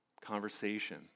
Conversation